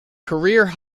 career